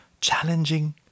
challenging